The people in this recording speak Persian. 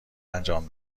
انجام